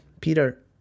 Peter